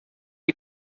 les